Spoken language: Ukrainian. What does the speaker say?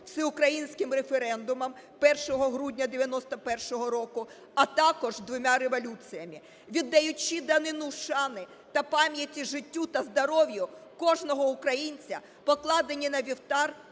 Всеукраїнським референдумом 1 грудня 91-го року, а також двома революціями, віддаючи данину шани та пам'яті життю та здоров'ю кожного українця, покладених на вівтар